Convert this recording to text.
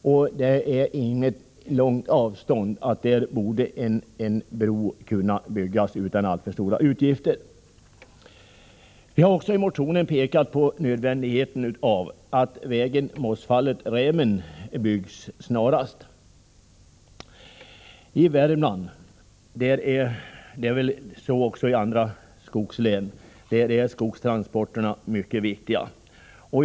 Det är inget långt avstånd, så där borde en bro kunna byggas utan alltför stora kostnader. Vi har också i motionen pekat på nödvändigheten av att vägen Mossfallet-Rämen färdigbyggs snarast. I Värmland, och även i de andra skogslänen, är skogstransporterna mycket viktiga.